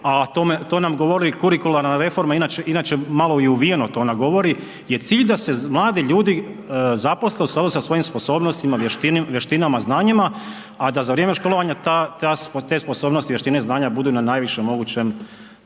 a to nam govori kurikularna reforma inače malo i uvijeno to ona govori je cilj da se mladi ljudi zaposle u skladu sa svojim sposobnostima, vještinama, znanjima a da za vrijeme školovanja te sposobnosti, vještine i znanja budu i na najvišem mogućem